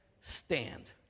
stand